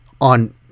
on